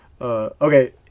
Okay